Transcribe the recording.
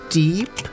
deep